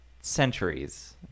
centuries